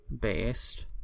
Based